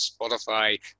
Spotify